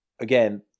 Again